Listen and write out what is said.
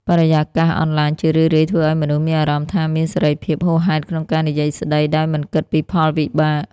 បរិយាកាសអនឡាញជារឿយៗធ្វើឲ្យមនុស្សមានអារម្មណ៍ថាមានសេរីភាពហួសហេតុក្នុងការនិយាយស្ដី ដោយមិនគិតពីផលវិបាក។